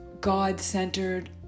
God-centered